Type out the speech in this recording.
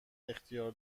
اختیار